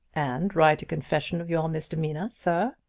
and write a confession of your misdemeanor, sir?